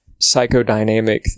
psychodynamic